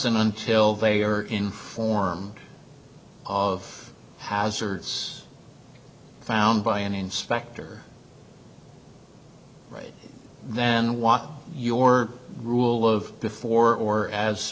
and until they are informed of hazards found by an inspector right then walk your rule of before or as